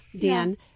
Dan